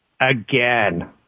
again